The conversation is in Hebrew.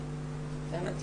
פנים,